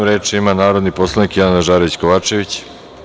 Reč ima narodni poslanik Jelena Žarić Kovačević.